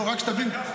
רק שתבין,